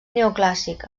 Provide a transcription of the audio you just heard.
neoclàssic